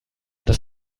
dass